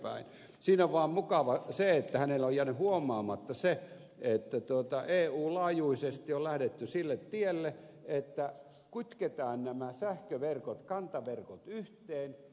siinä on vaan mukavaa se että hänellä on jäänyt huomaamatta se että eu laajuisesti on lähdetty sille tielle että kytketään nämä sähköverkot kantaverkot yhteen